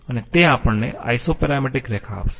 અને તે આપણને આઈસોપેરામેટ્રિક રેખા આપશે